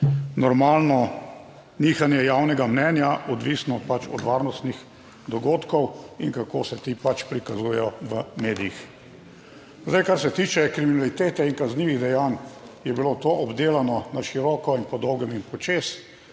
normalno nihanje javnega mnenja, odvisno pač od varnostnih dogodkov in kako se ti pač prikazujejo v medijih. Zdaj, kar se tiče kriminalitete in kaznivih dejanj, je bilo to obdelano na široko in po dolgem in počez,